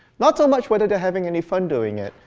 not so much whether they're having any fun doing it,